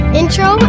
intro